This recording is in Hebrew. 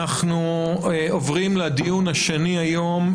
אנחנו עוברים לדיון השני היום,